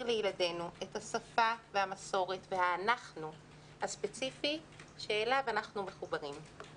לילדינו את השפה והמסורת והאנחנו הספציפי שאליו אנחנו מחוברים.